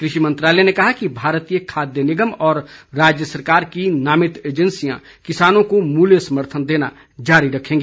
कृषि मंत्रालय ने कहा कि भारतीय खाद्य निगम और राज्य सरकार की नामित एजेंसियां किसानों को मूल्यू समर्थन देना जारी रखेंगी